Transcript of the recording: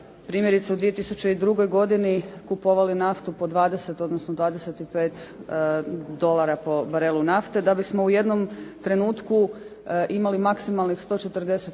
primjerice u 2002. godini kupovali naftu po 20, odnosno 25 dolara po barelu nafte, da bismo u jednom trenutku imali maksimalnih 147 dolara